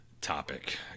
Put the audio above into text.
topic